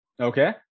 Okay